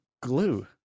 glue